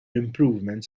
improvements